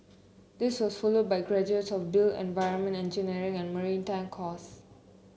this was followed by graduates of built environment engineering and maritime course